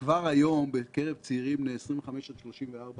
כבר היום בקרב צעירים בני 25 34,